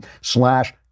slash